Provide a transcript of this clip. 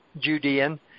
Judean